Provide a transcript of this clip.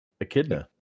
Echidna